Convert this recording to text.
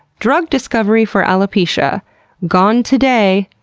drug discovery for alopecia gone today,